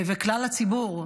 וכלל הציבור,